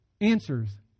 answers